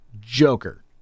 joker